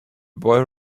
boy